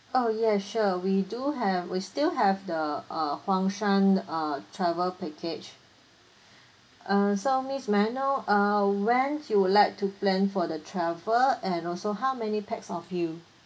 oh ya sure we do have we still have the uh huang shan err travel package err so miss may I know err when you would like to plan for the travel and also how many pax of you